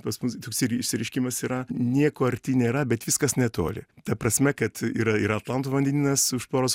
pas mus toksai išsireiškimas yra nieko arti nėra bet viskas netoli ta prasme kad yra ir atlanto vandenynas už poros